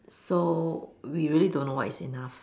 so we really don't know what is enough